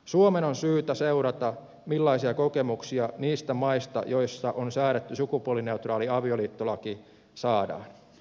suomen on syytä seurata millaisia kokemuksia niissä maissa joissa on säädetty sukupuolineutraali avioliittolaki saadaan